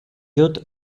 dut